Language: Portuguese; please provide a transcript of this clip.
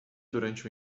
durante